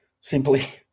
simply